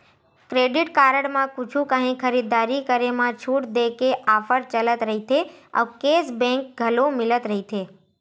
credit card म कुछु काही खरीददारी करे म छूट देय के ऑफर चलत रहिथे अउ केस बेंक घलो मिलत रहिथे